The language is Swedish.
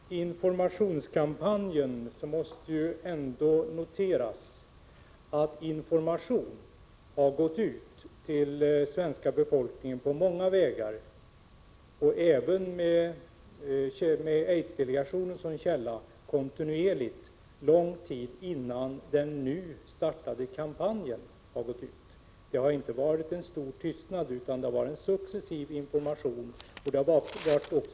Herr talman! Angående informationskampanjen måste det ändå noteras att information kontinuerligt har gått ut till svenska folket på många vägar — aidsdelegationen har varit en källa. Så skedde långt innan man gick ut med den nyligen startade kampanjen. Det har inte rått stor tystnad, utan information har successivt gått ut.